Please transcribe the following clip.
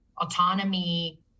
autonomy